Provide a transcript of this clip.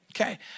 Okay